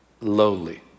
lowly